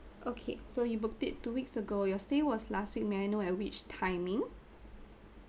okay so you booked it two weeks ago your stay was last week may I know at which timing